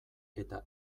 eta